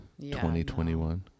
2021